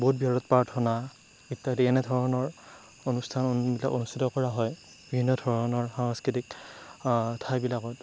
বহুত বৃহৎ প্ৰাৰ্থনা ইত্যাদি এনে ধৰণৰ অনুষ্ঠান অনু অনুস্থিত কৰা হয় বিভিন্ন ধৰণৰ সাংস্কৃতিক ঠাইবিলাকত